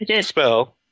spell